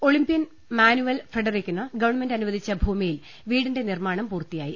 Olympian Manuel ഫ്രെഡറികിന് government അനുവദിച്ച ഭൂമിയിൽ വീടിന്റെ നിർമ്മാണം പൂർത്തിയായി